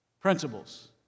principles